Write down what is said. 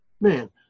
man